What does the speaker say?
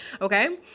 okay